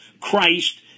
Christ